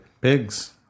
Pigs